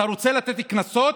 אתה רוצה לתת קנסות?